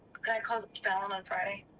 can i call fallon on friday?